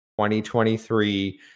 2023